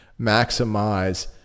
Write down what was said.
maximize